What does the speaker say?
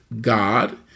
God